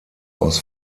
aus